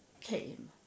came